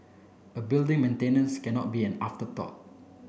a building maintenance cannot be an afterthought